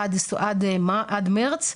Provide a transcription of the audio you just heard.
עד מרץ,